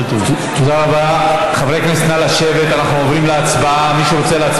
תודה לחבר הכנסת חאג' יחיא.